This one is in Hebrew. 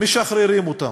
משחררים אותם.